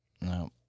No